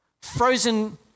Frozen